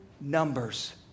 numbers